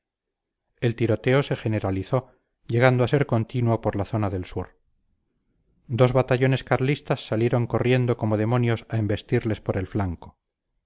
el tiroteo se generalizó llegando a ser continuo por la zona del sur dos batallones carlistas salieron corriendo como demonios a embestirles por el flanco